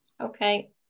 Okay